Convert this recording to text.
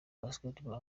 basketball